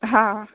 हा